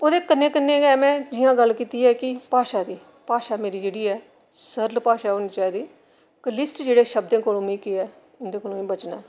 ओह्दे कन्नै कन्नै गै में जि'यां गल्ल कीती ऐ कि भाशा दी भाशा मेरी जेह्ड़ी ऐ सरल भाशा होनी चाहिदी कुलिश्ट जेह्डे़ शब्द न उं'दे कोला मी केह् ऐ उंदे कोला मी जेह्ड़ा मी बचना ऐ